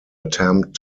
attempt